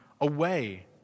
away